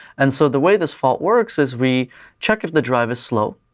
and so the way this fault works is we check if the drive is slow,